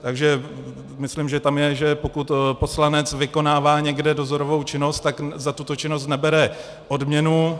Takže myslím, že tam je, že pokud poslanec vykonává někde dozorovou činnost, tak za tuto činnost nebere odměnu.